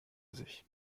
sich